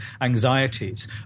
anxieties